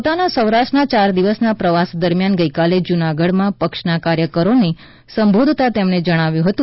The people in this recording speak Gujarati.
પોતાના સૌરાષ્ટ્રના ચાર દિવસના પ્રવાસ દરમિયાન ગઇકાલે જૂનાગઢમાં પક્ષના કાર્યકરોને સંબોધતા તેમણે આ પ્રમાણે જણાવ્યું હતું